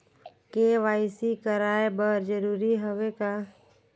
KYC कराय बर जरूरी हवे का?